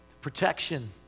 protection